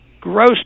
gross